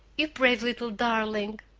you brave little darling!